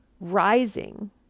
rising